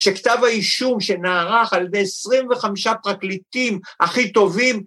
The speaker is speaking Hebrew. שכתב האישום שנערך על ידי 25 פרקליטים הכי טובים